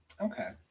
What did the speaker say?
Okay